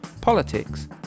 politics